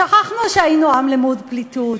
שכחנו שהיינו עם למוד פליטות,